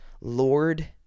Lord